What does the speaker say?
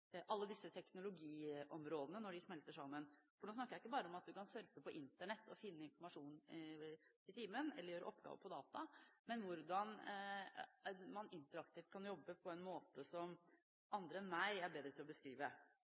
kan surfe på Internett og finne informasjon i timen, eller gjøre oppgaver på data, men hvordan man interaktivt kan jobbe på en måte som andre enn jeg er bedre til å beskrive.